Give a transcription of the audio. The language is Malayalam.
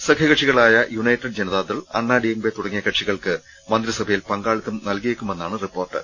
സഖ്യകക്ഷി കളായ United Janata Dal Anna D M K തുടങ്ങിയ കക്ഷി കൾക്ക് മന്ത്രിസഭയിൽ പങ്കാളിത്തം നൽകിയേക്കുമെന്നാണ് റിപ്പോർട്ട്